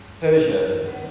Persia